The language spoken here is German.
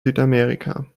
südamerika